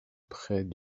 près